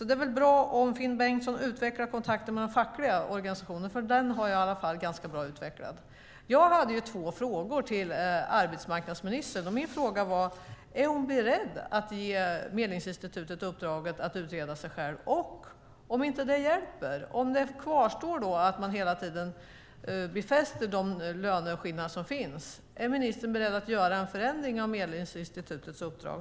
Det är väl bra om Finn Bengtsson utvecklar kontakten med de fackliga organisationerna, för den har jag i alla fall ganska bra utvecklad. Jag hade två frågor till arbetsmarknadsministern, och en fråga var: Är hon beredd att ge Medlingsinstitutet uppdraget att utreda sig självt? Och om inte det hjälper, om det kvarstår att man hela tiden befäster de löneskillnader som finns, är ministern beredd att göra en förändring av Medlingsinstitutets uppdrag?